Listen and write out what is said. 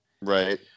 right